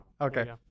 Okay